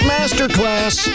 Masterclass